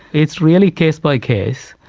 it's really case-by-case.